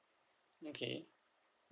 okay